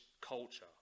culture